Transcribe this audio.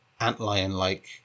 antlion-like